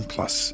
Plus